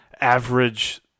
average